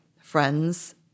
friends